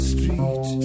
Street